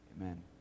amen